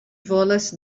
volas